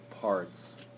parts